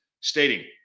stating